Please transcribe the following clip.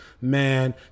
man